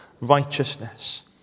righteousness